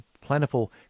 plentiful